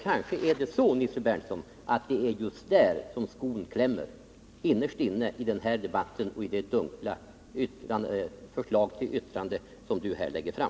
Kanske är det så, Nils Berndtson, att det innerst inne är just där skon klämmer i den här debatten och i det dunkla förslag till yttrande som ni här har lagt fram.